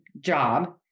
job